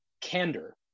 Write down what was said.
candor